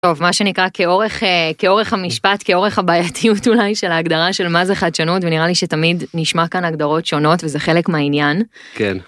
טוב, מה שנקרא כאורך כאורך המשפט כאורך הבעייתיות אולי של ההגדרה של מה זה חדשנות ונראה לי שתמיד נשמע כאן הגדרות שונות וזה חלק מהעניין, כן